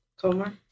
Comer